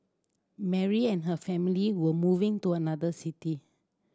Mary and her family were moving to another city